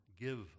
Give